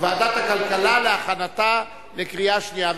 הכלכלה להכנתה לקריאה שנייה ושלישית.